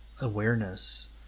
awareness